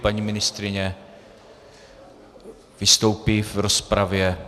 Paní ministryně vystoupí v rozpravě.